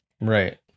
Right